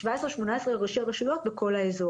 חברי הכנסת, הנציגים, ראשי הערים על הנושא